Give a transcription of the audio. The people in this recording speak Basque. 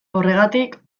horregatik